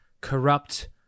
corrupt